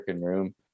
room